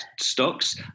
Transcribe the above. stocks